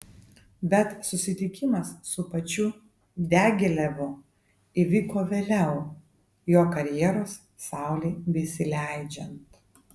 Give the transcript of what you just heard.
bet susitikimas su pačiu diagilevu įvyko vėliau jo karjeros saulei besileidžiant